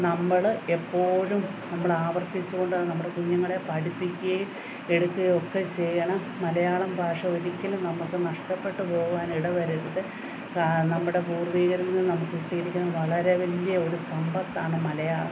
നമ്മൾ എപ്പോഴും നമ്മൾ ആവർത്തിച്ചുകൊണ്ട് അത് നമ്മുടെ കുഞ്ഞുങ്ങളെ പഠിപ്പിക്കുകയും എടുക്കുകയുമൊക്കെ ചെയ്യണം മലയാളം ഭാഷ ഒരിക്കലും നമുക്ക് നഷ്ടപ്പെട്ട് പോകാൻ ഇടവരരുത് നമ്മുടെ പൂർവ്വികരിൽ നിന്ന് നമുക്ക് കിട്ടിയിരിക്കുന്ന വളരെ വലിയ ഒരു സമ്പത്താണ് മലയാളം